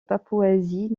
papouasie